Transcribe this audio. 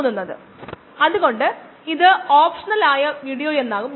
മൊത്തം കോശങ്ങളുടെ അളക്കുന്നതിനുള്ള രീതികളായിരുന്നു അവ